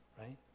right